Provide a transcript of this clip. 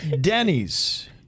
Denny's